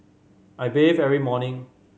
I bathe every morning